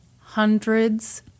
Hundreds